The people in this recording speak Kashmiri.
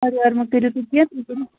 اوٗرٕ یوٗر مہٕ کٔرِو تُہۍ کیٚنٛہہ تہِ